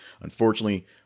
unfortunately